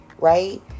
right